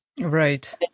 Right